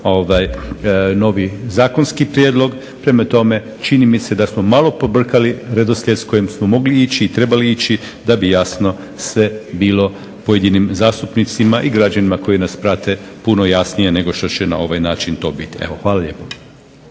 novi zakonski prijedlog, prema tome čini mi se da smo malo pobrkali redoslijed s kojim smo mogli ići i trebali ići da bi jasno sve bilo pojedinim zastupnicima i građanima koji nas prate puno jasnije nego što će na ovaj način to biti. Hvala lijepo.